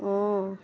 অঁ